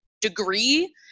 degree